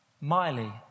Miley